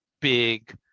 big